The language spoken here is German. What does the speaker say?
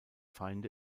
feinde